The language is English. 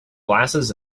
glasses